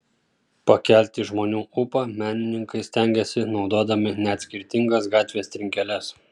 pakelti žmonių ūpą menininkai stengiasi naudodami net skirtingas gatvės trinkeles